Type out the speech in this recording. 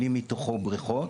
80 מתוכו בריכות,